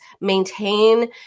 maintain